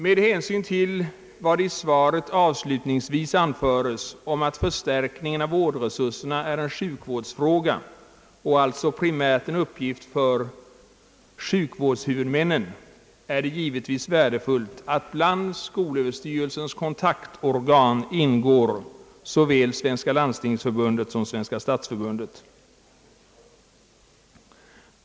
Med hänsyn till vad i svaret avslutningsvis anföres om att förstärkningen av vårdresurserna är en sjukvårdsfråga och alltså primärt en uppgift för sjukvårdshuvudmännen är det givetvis värdefullt att bland skolöverstyrelsens kontaktorgan ingår såväl Svenska landstingsförbundet som Svenska stadsförbundet.